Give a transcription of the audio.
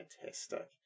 fantastic